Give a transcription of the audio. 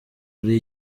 ari